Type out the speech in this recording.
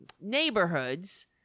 neighborhoods